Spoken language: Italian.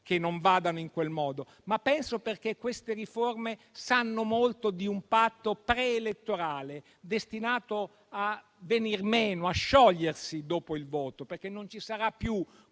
che non vadano in quel modo. Penso che queste riforme sanno molto di un patto preelettorale destinato a venir meno e a sciogliersi dopo il voto, perché non ci sarà più